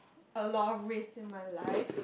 a lot of risk in my life